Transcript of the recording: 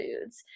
foods